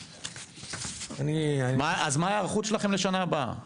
אז מה ההיערכות שלכם לשנה הבאה?